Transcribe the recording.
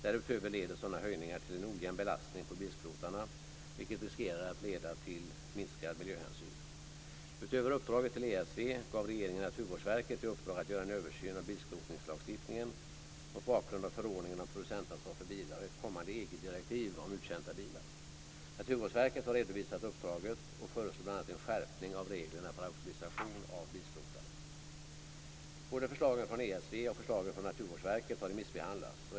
Därutöver leder sådana höjningar till en ojämn belastning på bilskrotarna, vilket riskerar att leda till minskad miljöhänsyn. Utöver uppdraget till ESV gav regeringen Naturvårdsverket i uppdrag att göra en översyn av bilskrotningslagstiftningen mot bakgrund av förordningen om producentansvar för bilar och ett kommande EG direktiv om uttjänta bilar. Naturvårdsverket har redovisat uppdraget och föreslår bl.a. en skärpning av reglerna för auktorisation av bilskrotare. Både förslagen från ESV och förslagen från Naturvårdsverket har remissbehandlats.